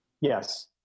Yes